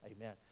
Amen